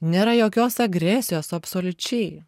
nėra jokios agresijos absoliučiai